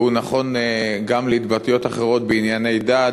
וזה נכון גם בהתבטאויות אחרות בענייני דת,